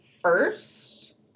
first